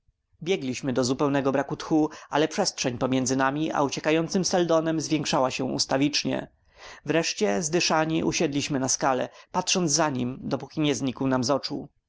biegliśmy do zupełnego braku tchu ale przestrzeń pomiędzy nami a uciekającym seldonem zwiększała się ustawicznie wreszcie zdyszani usiedliśmy na skale patrząc za nim dopóki nam nie znikł z przed oczu